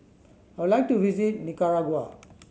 I would like to visit Nicaragua